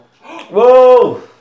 Whoa